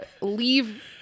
leave